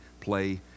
play